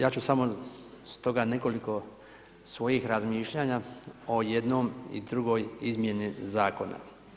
Ja ću samo stoga nekoliko svojih razmišljanja o jednoj i drugoj izmjeni zakona.